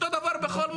אותו דבר בכל מקום.